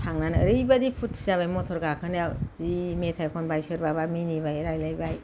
थांनानै ओरैबायदि फुरथि जाबाय मथर गाखोनाया जि मेथाइ खनबाय सोरबाबा मिनिबाय रायलायबाय